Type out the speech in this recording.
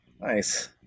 Nice